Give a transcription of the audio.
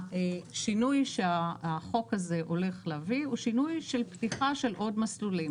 השינוי שהחוק הזה הולך להביא הוא שינוי של פתיחה של עוד מסלולים.